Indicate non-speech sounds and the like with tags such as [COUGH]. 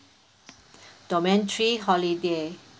[BREATH] domain three holiday